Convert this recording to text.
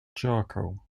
charcoal